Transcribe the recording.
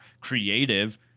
creative